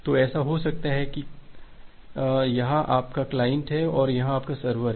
तो ऐसा हो सकता है कि कहें कि यहां आपका क्लाइंट है और यहां आपका सर्वर है